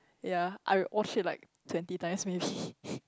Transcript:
yea I watch it like twenty times maybe